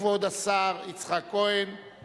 התשע"א 2011,